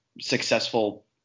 successful